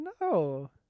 No